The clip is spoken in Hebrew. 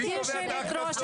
מי קובע את ההכנסות?